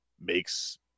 makes